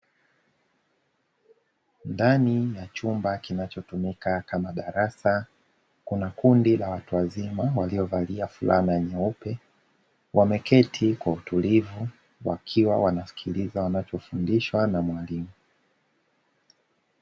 Ndani ya chumba kinachotumika kama darasa kuna kundi la watu wazima, waliovalia fulana nyeupe, wameketi kwa utulivu wakiwa wanamsikiliza wanacho fundishwa na mwalimu.